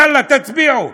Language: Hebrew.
יאללה תצביעו,